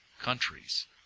countries